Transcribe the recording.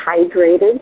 hydrated